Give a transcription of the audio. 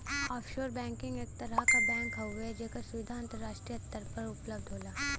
offshore banking एक तरह क बैंक हउवे जेकर सुविधा अंतराष्ट्रीय स्तर पर उपलब्ध होला